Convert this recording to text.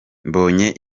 mbonye